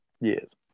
Yes